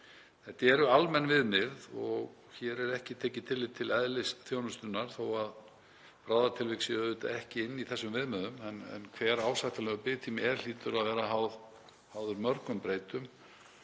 Þetta eru almenn viðmið og hér er ekki tekið tillit til eðlis þjónustunnar, þótt bráðatilvik séu auðvitað ekki inni í þessum viðmiðum. En hver ásættanlegur biðtími er hlýtur að vera háð mörgum breytum,